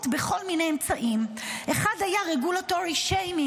כל מיני אמצעים: אחד היה regulatory shaming,